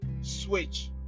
switch